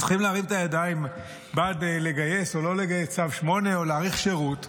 צריכים להרים את הידיים בעד לגייס או לא לגייס בצו 8 או להאריך שירות,